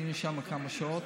היינו שם כמה שעות.